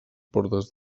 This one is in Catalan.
portes